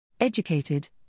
Educated